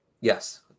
Yes